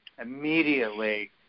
immediately